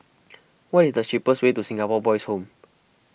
what is the cheapest way to Singapore Boys' Home